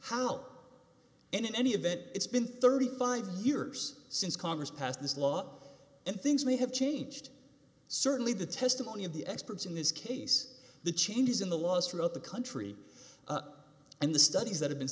how and in any event it's been thirty five years since congress passed this law and things may have changed certainly the testimony of the experts in this case the changes in the laws throughout the country and the studies that have been